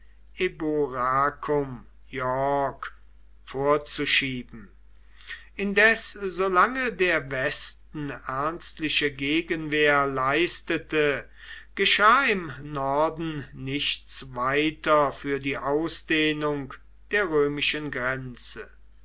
vorzuschieben indes so lange der westen ernstliche gegenwehr leistete geschah im norden nichts weiter für die ausdehnung der römischen grenze